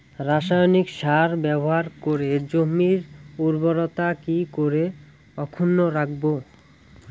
রাসায়নিক সার ব্যবহার করে জমির উর্বরতা কি করে অক্ষুণ্ন রাখবো